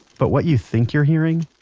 but what you think you're hearing,